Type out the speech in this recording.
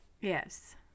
Yes